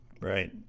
Right